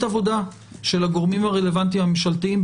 עבודה של הגורמים הרלוונטיים הממשלתיים,